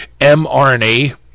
mRNA